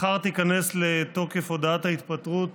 מחר תיכנס לתוקף הודעת ההתפטרות